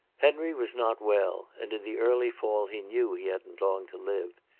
henry was not well, and in the early fall he knew he hadn't long to live.